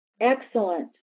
Excellent